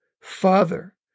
Father